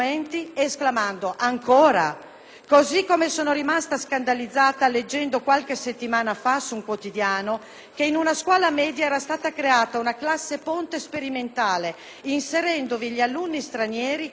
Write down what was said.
Così come sono rimasta scandalizzata leggendo, qualche settimana fa su un quotidiano, che in una scuola media era stata creata una classe ponte sperimentale inserendovi gli alunni stranieri e quelli portatori di *handicap*.